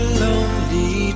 lonely